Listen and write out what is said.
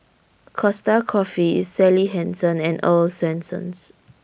Costa Coffee Sally Hansen and Earl's Swensens